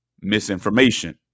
misinformation